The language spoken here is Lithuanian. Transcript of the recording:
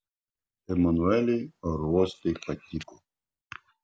emanueliui aerouostai patiko